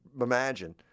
imagine